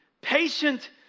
Patient